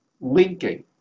linking